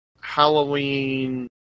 Halloween